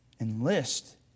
enlist